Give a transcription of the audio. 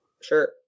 Sure